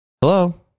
Hello